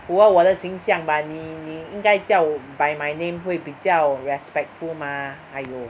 符合我的形象 but 你你应该叫 by my name 会比较 respectful mah !aiyo!